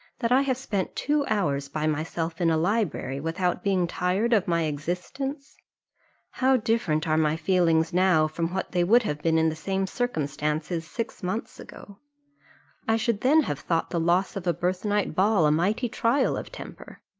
that i have spent two hours by myself in a library without being tired of my existence how different are my feelings now from what they would have been in the same circumstances six months ago i should then have thought the loss of a birthnight ball a mighty trial of temper.